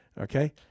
Okay